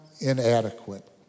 inadequate